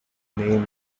named